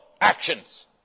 actions